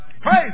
praise